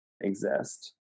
exist